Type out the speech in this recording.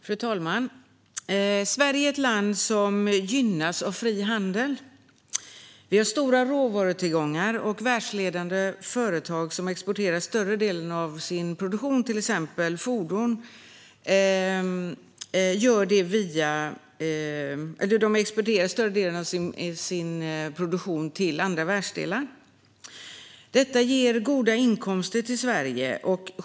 Fru talman! Sverige är ett land som gynnas av fri handel. Vi har stora råvarutillgångar och världsledande företag som exporterar större delen av sin produktion, till exempel fordon, till andra världsdelar. Detta ger goda inkomster till Sverige.